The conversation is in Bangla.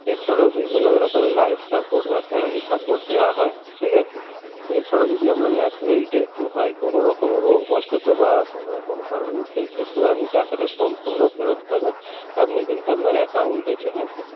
এছাড়াও বিভিন্ন রকমের লাইফ সাপোর্ট বা ফ্যামিলি সাপোর্ট দেওয়া হয় ঠিক আছে এছাড়াও যদি আপনার ন্যাচরাল ডেথও হয় কোনওরকম রোগবসত বা কোনওরকম কারণে সেইক্ষেত্রেও আপনি টাকাটা সম্পূর্ণ ফেরত পাবেন আপনি কিন্তু আপনার অ্যাকাউন্টে ঠিক আছে